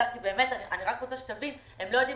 אני רק רוצה שתבין, הם לא יודעים